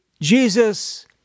Jesus